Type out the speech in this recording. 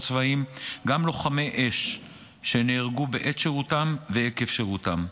צבאיים גם לוחמי אש שנהרגו בעת שירותם ועקב שירותם.